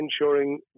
ensuring